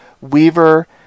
Weaver